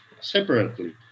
separately